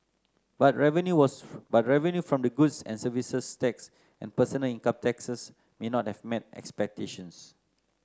but revenue was but revenue from the goods and Services Tax and personal income taxes may not have met expectations